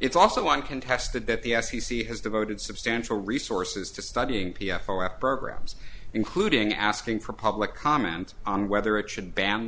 it's also one contested that the f c c has devoted substantial resources to studying p f o f programs including asking for public comment on whether it should ban them